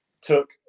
took